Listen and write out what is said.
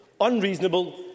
unreasonable